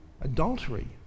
adultery